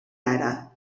ara